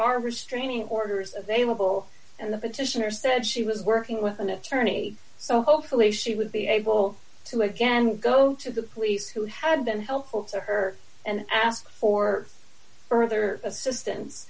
are restraining orders of a level and the petitioner said she was working with an attorney so hopefully she would be able to again go to the police who had been helpful to her and asked for further assistance